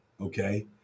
okay